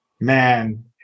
Man